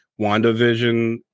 WandaVision